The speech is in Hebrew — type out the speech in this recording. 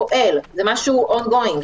זה משהו on-going,